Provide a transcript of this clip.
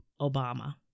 Obama